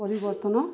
ପରିବର୍ତ୍ତନ